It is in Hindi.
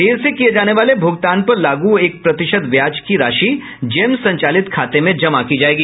देर से किये जाने वाले भूगतान पर लागू एक प्रतिशत ब्याज की राशि जेम संचालित खाते में जमा की जायेगी